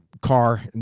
car